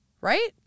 right